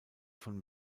von